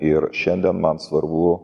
ir šiandien man svarbu